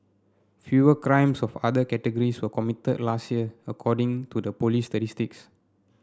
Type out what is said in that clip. fewer crimes of other categories were committed last year according to the police's statistics